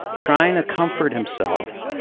trying to comfort himself,